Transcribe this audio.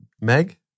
Meg